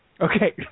Okay